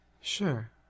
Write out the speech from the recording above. Sure